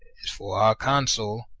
as for our consul,